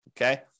Okay